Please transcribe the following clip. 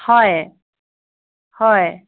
হয় হয়